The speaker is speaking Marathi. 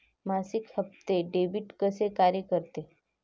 मासिक हप्ते, डेबिट कसे कार्य करते